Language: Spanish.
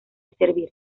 servir